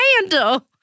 handle